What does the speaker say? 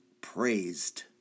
praised